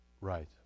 Right